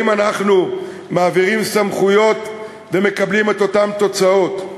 אם אנחנו מעבירים סמכויות ומקבלים את אותן תוצאות.